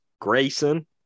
Grayson